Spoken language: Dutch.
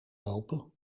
lopen